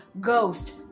Ghost